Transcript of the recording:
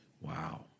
wow